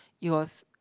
it was